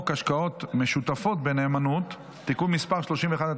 השקעות משותפות בנאמנות (תיקון מס' 31),